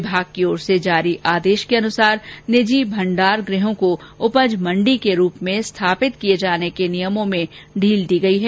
विभाग की ओर से जारी आदेश के अनुसार निजी भंडार गृहों को उपमंडी के रूप में स्थापित किए जाने के लिए नियमों में ढील दी गई है